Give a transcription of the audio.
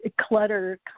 clutter